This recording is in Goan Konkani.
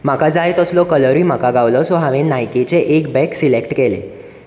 म्हाका जाय तसलो कलरूय म्हाका गावलो हांवेन नायकीचे एक बॅग सिलॅक्ट केलें